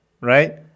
right